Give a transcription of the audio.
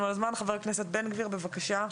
חבר הכנסת בן גביר, בבקשה.